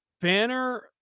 Banner